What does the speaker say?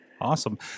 Awesome